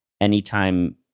anytime